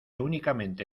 únicamente